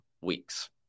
weeks